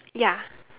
ya